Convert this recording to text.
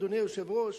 אדוני היושב-ראש.